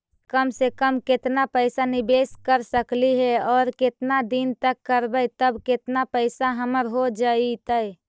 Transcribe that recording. कम से कम केतना पैसा निबेस कर सकली हे और केतना दिन तक करबै तब केतना पैसा हमर हो जइतै?